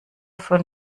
von